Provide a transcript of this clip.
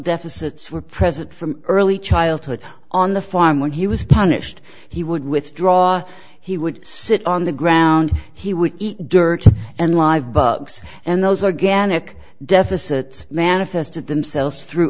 deficits were present from early childhood on the farm when he was punished he would withdraw he would sit on the ground he would eat dirt and live bugs and those organic deficit manifested themselves through